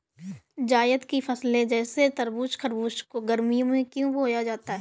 जायद की फसले जैसे तरबूज़ खरबूज को गर्मियों में क्यो बोया जाता है?